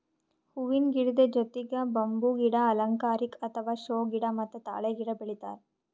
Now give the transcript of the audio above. ಹೂವಿನ ಗಿಡದ್ ಜೊತಿಗ್ ಬಂಬೂ ಗಿಡ, ಅಲಂಕಾರಿಕ್ ಅಥವಾ ಷೋ ಗಿಡ ಮತ್ತ್ ತಾಳೆ ಗಿಡ ಬೆಳಿತಾರ್